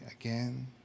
again